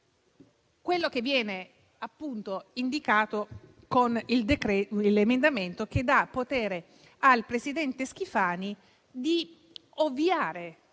quello che viene indicato come l'emendamento che dà potere al presidente Schifani di ovviare